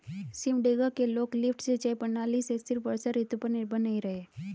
सिमडेगा के लोग लिफ्ट सिंचाई प्रणाली से सिर्फ वर्षा ऋतु पर निर्भर नहीं रहे